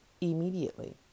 immediately